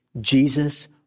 Jesus